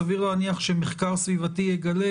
סביר להניח שמחקר סביבתי יגלה,